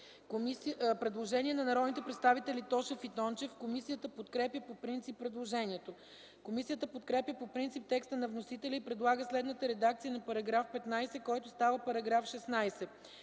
Предложение на народните представители Тошев и Тончев. Комисията подкрепя по принцип предложението. Комисията подкрепя по принцип текста на вносителя и предлага следната редакция на § 15, който става § 16: „§ 16.